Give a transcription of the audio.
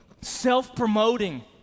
self-promoting